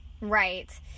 Right